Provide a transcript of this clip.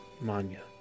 manya